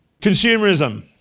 Consumerism